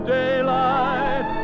daylight